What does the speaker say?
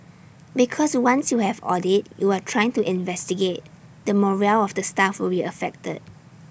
because once you have audit you are trying to investigate the morale of the staff will be affected